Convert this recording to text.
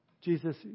Jesus